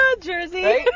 Jersey